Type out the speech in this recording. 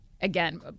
again